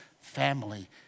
family